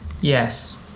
Yes